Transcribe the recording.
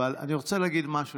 אבל אני רוצה להגיד משהו,